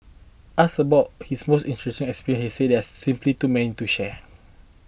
asked about his most interesting experiences he said that there are simply too many to share